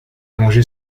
rangé